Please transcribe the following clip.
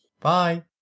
Bye